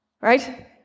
Right